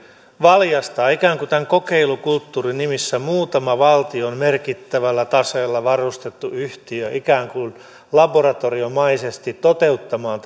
valjastaa tämän kokeilukulttuurin nimissä muutama valtion merkittävällä taseella varustettu yhtiö ikään kuin laboratoriomaisesti toteuttamaan